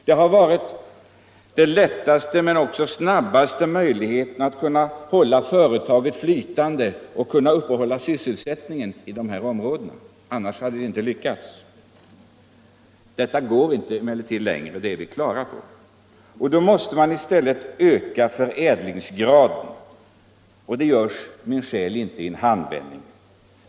Det har varit den lättaste lösningen, men också den snabbaste möjligheten att hålla företaget flytande och uppehålla sysselsättningen i dessa områden. Annars hade det inte lyckats. Men detta går inte längre — det är vi på det klara med. Då måste man i stället öka förädlingsgraden, och det görs min själ inte i en handvändning.